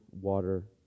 water